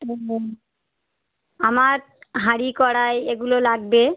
ও আমার হাঁড়ি কড়াই এগুলো লাগবে